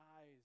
eyes